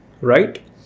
right